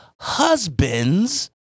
husbands